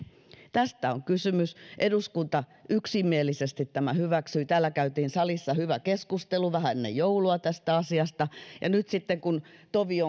tästä on kysymys eduskunta yksimielisesti tämän hyväksyi täällä käytiin salissa hyvä keskustelu vähän ennen joulua tästä asiasta ja nyt kun tovi